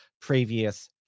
previous